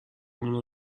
اونو